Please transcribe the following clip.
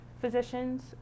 physicians